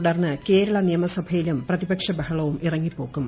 തുടർന്ന്കേരള നിയമസഭയില്ലും പ്രതിപക്ഷ ബഹളവുംഇറങ്ങിപ്പോക്കും